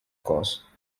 course